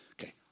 Okay